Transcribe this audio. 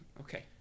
Okay